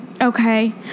Okay